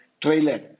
trailer